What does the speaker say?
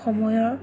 সময়ৰ